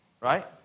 right